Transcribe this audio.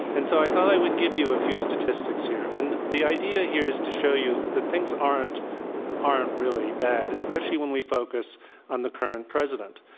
and so i thought i would give you a few statistics here. and the idea here is to show you that things aren't aren't really bad, especially when we focus on the current president.